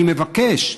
אני מבקש,